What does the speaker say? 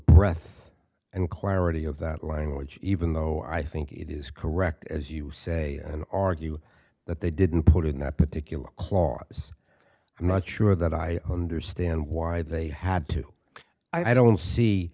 breath and clarity of that language even though i think it is correct as you say and argue that they didn't put it in that particular clause i'm not sure that i understand why they had to i don't see